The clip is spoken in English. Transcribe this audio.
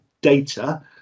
data